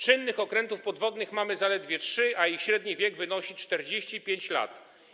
Czynnych okrętów podwodnych mamy zaledwie trzy, a ich średni wiek wynosi 45 lat.